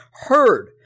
heard